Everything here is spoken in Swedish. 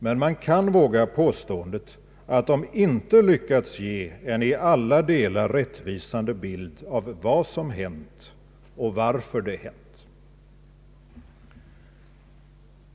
Man kan dock våga påståendet att de inte lyckats ge en i alla delar rättvisande bild av vad som hänt och varför det hänt.